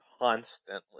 constantly